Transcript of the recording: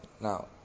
Now